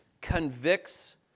convicts